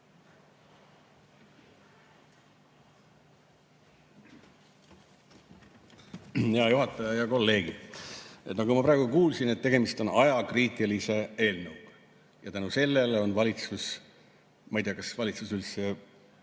Hea juhataja! Head kolleegid! Nagu ma praegu kuulsin, on tegemist ajakriitilise eelnõuga ja tänu sellele on valitsus ... Ma ei tea, kas valitsus üldse